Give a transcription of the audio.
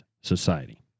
society